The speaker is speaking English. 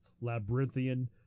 labyrinthian